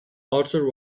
archer